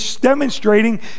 demonstrating